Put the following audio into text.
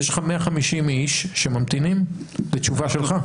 יש לך 150 איש שממתינים לתשובה שלך?